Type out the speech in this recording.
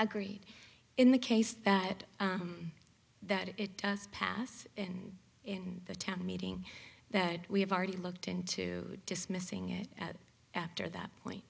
agreed in the case that that it does pass and in the town meeting that we have already looked into dismissing it after that point